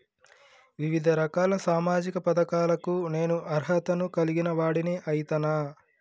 వివిధ రకాల సామాజిక పథకాలకు నేను అర్హత ను కలిగిన వాడిని అయితనా?